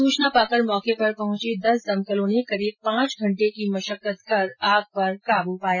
सूचना पाकर मौके पर पहुंची दस दमकलों ने करीब पांच घंटे की मशक्कत कर आग पर काबू पाया